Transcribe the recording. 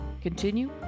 continue